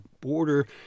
border